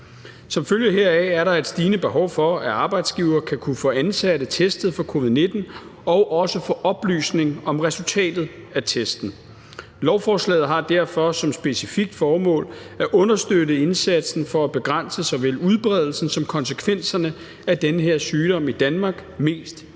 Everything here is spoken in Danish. Som følge heraf er der et stigende behov for, at arbejdsgivere skal kunne få ansatte testet for covid-19 og også få oplysning om resultatet af testen. Lovforslaget har derfor som specifikt formål at understøtte indsatsen for at begrænse såvel udbredelsen som konsekvenserne af den her sygdom i Danmark mest mulig.